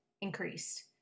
increased